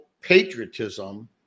patriotism